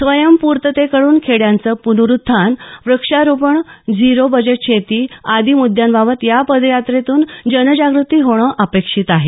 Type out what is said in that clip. स्वयंपूर्णतेतून खेड्यांचं पुनरुत्थान व्रक्षारोपण झीरो बजेट शेती आदी मुद्यांबाबत या पदयात्रेतून जनजागृती होणं अपेक्षित आहे